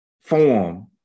form